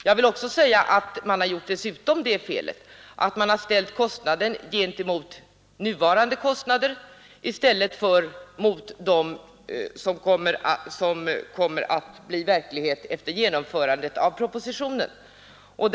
Man har dessutom gjort det felet att man har ställt kostnaden mot nuvarande kostnader i stället för mot de kostnader som kommer att bli verklighet efter genomförandet av propositionens förslag.